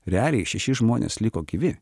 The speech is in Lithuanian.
realiai šeši žmonės liko gyvi